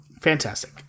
Fantastic